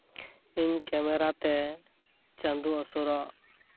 ᱤᱧ ᱠᱮᱢᱮᱨᱟ ᱛᱮ ᱪᱟᱸᱫᱚ ᱦᱟᱹᱥᱩᱨᱚᱜ